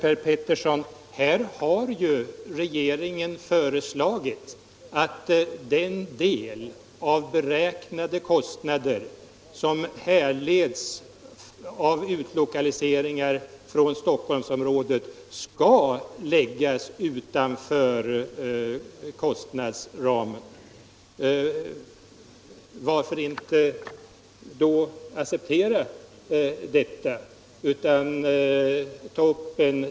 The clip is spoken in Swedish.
Men regeringen har ju föreslagit, herr Per Petersson, att den del av beräknade kostnader som kan härledas från utlokaliseringar från Stockholmsområdet skall läggas utanför den militära kostnadsramen.